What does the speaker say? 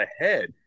ahead